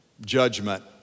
Judgment